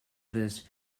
this